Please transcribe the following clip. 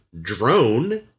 drone